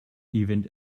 event